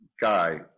guy